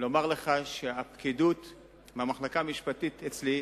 ולומר לך שהפקידוּת במחלקה המשפטית אצלי,